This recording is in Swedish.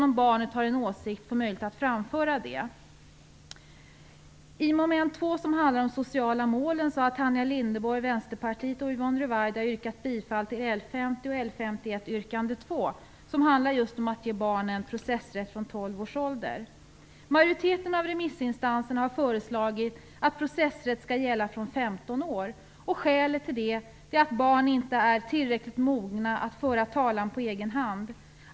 Om barnet har en åsikt skall det sedan få möjlighet att framföra den. och motion L51, yrkande 2. Det handlar just om att ge barnen processrätt från tolv års ålder. Majoriteten av remissinstanserna har föreslagit att processrätt skall gälla från 15 års ålder. Skälet till det är att barn inte är tillräckligt mogna att föra talan på egen hand.